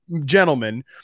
gentlemen